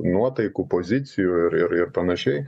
nuotaikų pozicijų ir ir ir panašiai